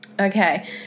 Okay